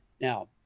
Now